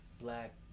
black